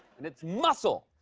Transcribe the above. and it's muscle.